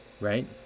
right